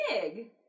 big